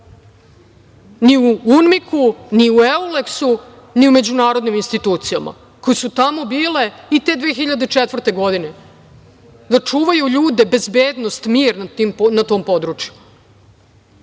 ni u UNMIK, ni u Euleksu, ni u međunarodnim institucija, koje su tamo bile i te 2004. godine, da čuvaju ljude, bezbednost, mir na tom području. Kada